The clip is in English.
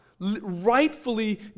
Rightfully